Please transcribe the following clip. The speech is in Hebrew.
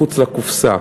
מחוץ לקופסה,